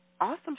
awesome